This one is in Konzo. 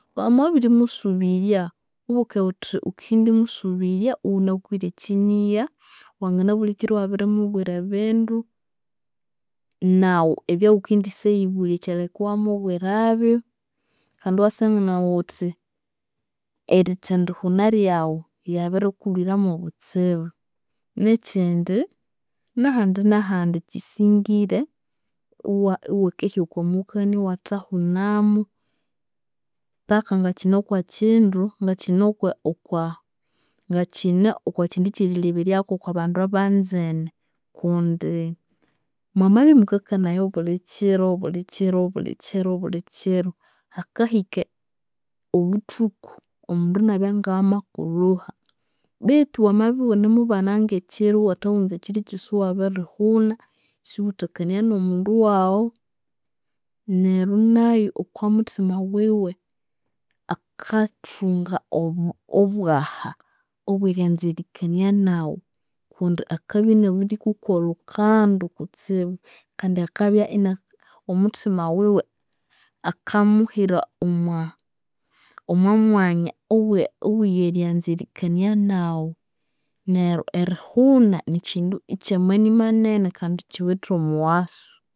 Wamabirimusubirya, ghubuke ghuthi ghukendimusubirya ighunakwire ekyinigha, wanginabulikira iwamabirimubwira ebindu, naghu ebyaghukendisyayibulya ekyaleka iwamubwirabyu kandi iwasangana ghuthi erithendihuna lyaghu lyabirikulhwiramu obutsibu. Nekyindi, nahandi nahandi kyisingire iwa- iwakehya okwamukania iwathahunamu, paka ngakyine okwakyindu, ngakyine okwa ngakyine okwakyindu ekyerilebyeryaku okwabandu abanzene kundi mwamabya imukanaya bulikyiro, bulikyiro, bulikyiro hakahika obuthuku, omundu inabana ngamakulhuha. Betu wamabya ighunamubana ngekyiro iwathaghunza ekyiro kyosi iwabirihuna, isighuthakania nomundu waghu neryo nayu okwamuthima wiwe akathunga obwagha obweryanza erikania naghu kundi akabya inabirikukwa olhukandu kutsibu kandi akabya ina, omuthima wiwe akamuhira omomwanya oweryanza erikania naghu neryo erihuna, nikyindu ekyamani manene kandi kyiwithe omughasu.